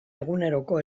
eguneroko